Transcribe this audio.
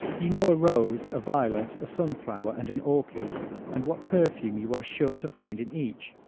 you know a rose, a violet, a sunflower and an orchid and what perfume you are sure to find in each,